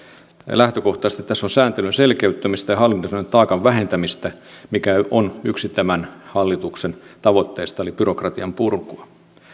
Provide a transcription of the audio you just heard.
lähtökohtaisesti tässä on kyse sääntelyn selkeyttämisestä ja hallinnollisen taakan vähentämisestä mikä on yksi tämän hallituksen tavoitteista eli byrokratian purku